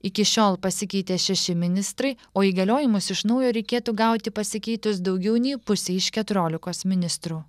iki šiol pasikeitė šeši ministrai o įgaliojimus iš naujo reikėtų gauti pasikeitus daugiau nei pusei iš keturiolikos ministrų